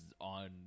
on